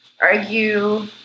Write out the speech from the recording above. argue